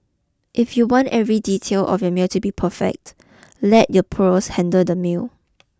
if you want every detail of your meal to be perfect let your pros handle the meal